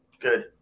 Good